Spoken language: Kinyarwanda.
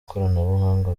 ikoranabuhanga